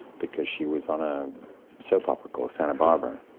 because she was on a soap opera called santa barbara,